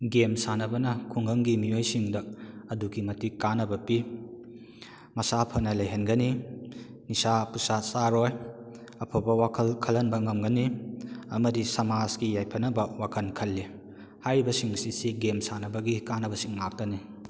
game ꯁꯥꯟꯅꯕꯅ ꯈꯨꯡꯒꯪꯒꯤ ꯃꯤꯑꯣꯏꯁꯤꯡꯗ ꯑꯗꯨꯛꯀꯤ ꯃꯇꯤꯛ ꯀꯥꯟꯅꯕ ꯄꯤ ꯃꯁꯥ ꯐꯅ ꯂꯩꯍꯟꯒꯅꯤ ꯅꯤꯁꯥ ꯄꯨꯁꯥ ꯆꯥꯔꯣꯏ ꯑꯐꯕ ꯋꯥꯈꯜ ꯈꯜꯂꯟꯕ ꯉꯝꯒꯅꯤ ꯑꯃꯗꯤ ꯁꯃꯥꯖꯀꯤ ꯌꯥꯏꯐꯅꯕ ꯋꯥꯈꯜ ꯈꯜꯂꯤ ꯍꯥꯏꯔꯤꯕꯁꯤꯡ ꯑꯁꯤ ꯁꯤ ꯒꯦꯝ ꯁꯥꯟꯅꯕꯒꯤ ꯀꯥꯟꯅꯕꯁꯤꯡ ꯉꯥꯛꯇꯅꯤ